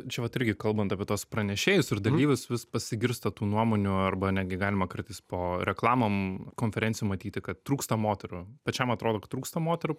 čia vat irgi kalbant apie tuos pranešėjus ir dalyvius vis pasigirsta tų nuomonių arba netgi galima kartais po reklamom konferencijų matyti kad trūksta moterų pačiam atrodo kad trūksta moterų